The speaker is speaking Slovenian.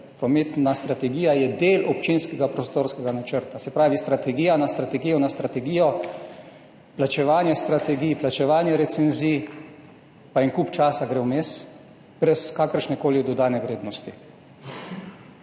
Prometna strategija je del občinskega prostorskega načrta, se pravi, strategija na strategijo na strategijo, plačevanje strategij, plačevanje recenzij, pa en kup časa gre vmes, brez kakršnekoli dodane vrednosti.